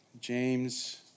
James